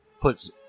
Puts